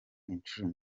inshuro